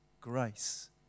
grace